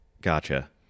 Gotcha